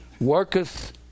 worketh